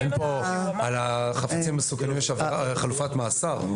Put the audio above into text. על חפצים מסוכנים יש חלופת מעצר.